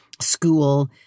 school